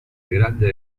grande